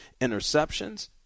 interceptions